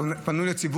אולי כך יוצא שכרו